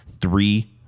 three